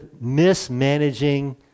mismanaging